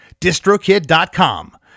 distrokid.com